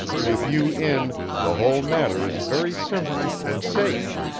with you in, the whole matter is very simple, and safe.